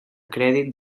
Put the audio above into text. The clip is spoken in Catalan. crèdit